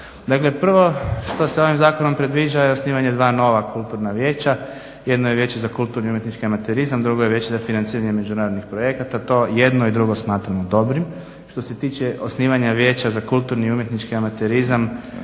Dakle, prvo što se ovim zakonom predviđa je osnivanje 2 nova kulturna vijeća. Jedno je Vijeće za kulturni umjetnički amaterizam, drugo je Vijeće za financiranje međunarodnih projekata. To jedno i drugo smatramo dobrim. Što se tiče osnivanja vijeća za kulturni i umjetnički amaterizam